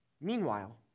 Meanwhile